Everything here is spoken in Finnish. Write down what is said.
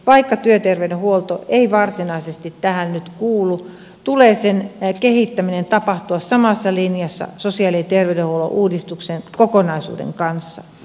vaikka työterveydenhuolto ei varsinaisesti tähän nyt kuulu tulee sen kehittämisen tapahtua samassa linjassa sosiaali ja terveydenhuollon uudistuksen kokonaisuuden kanssa